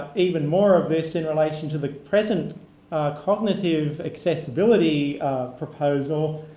even more of this in relation to the present cognitive accessibility proposal.